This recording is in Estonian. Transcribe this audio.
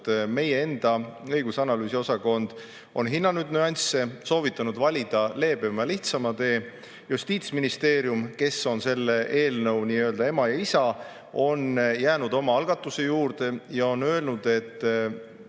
Meie enda õigus- ja analüüsiosakond on hinnanud nüansse ja soovitanud valida leebem ja lihtsam tee. Justiitsministeerium, kes on selle eelnõu nii-öelda ema ja isa, on jäänud oma algatuse juurde ja on öelnud, et